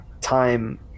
time